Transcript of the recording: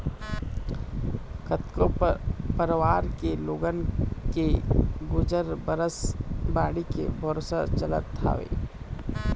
कतको परवार के लोगन के गुजर बसर बाड़ी के भरोसा चलत हवय